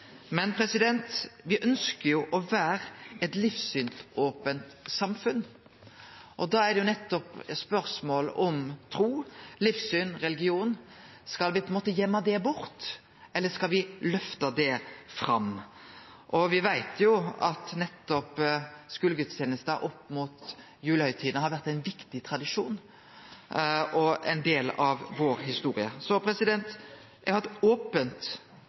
Men me ønskjer å vere eit livssynsopent samfunn, og da er nettopp spørsmålet når det gjeld tru, livssyn og religion: Skal me gøyme det bort, eller skal me løfte det fram? Me veit at skulegudstenesta opp mot julehøgtida har vore ein viktig tradisjon og ein del av vår historie. Så eg har eit opent